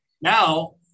Now